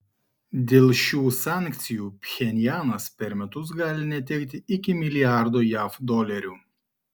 dėl šių sankcijų pchenjanas per metus gali netekti iki milijardo jav dolerių